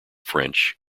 french